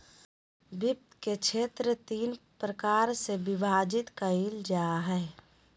वित्त के क्षेत्र तीन प्रकार से विभाजित कइल जा हइ